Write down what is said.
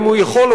אם הוא היה יכול,